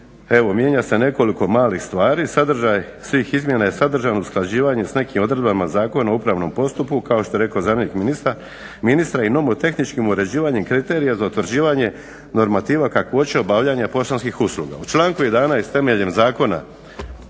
evo mijenja se nekoliko malih stvari. Sadržaj svih izmjena je sadržan usklađivanjem sa nekim odredbama Zakona o upravnom postupku kao što je rekao zamjenik ministra i nomotehničkim uređivanjem kriterija za utvrđivanje normativa kakvoće obavljanja poštanskih usluga. U članku 11. temeljem Zakona